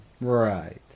Right